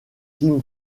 kim